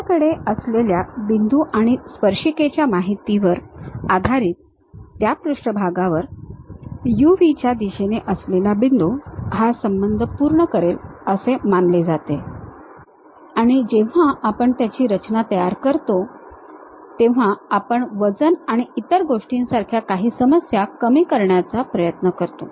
आपल्याकडे असलेल्या बिंदू आणि स्पर्शिकेच्या माहितीवर आधारित त्या पृष्ठभागावर u v च्या दिशेने असलेला बिंदू हा संबंध पूर्ण करेल असे मानले जाते आणि जेव्हा आपण त्याची रचना तयार करतो तेव्हा आपण वजन आणि इतर गोष्टींसारख्या काही समस्या कमी करण्याचा प्रयत्न करतो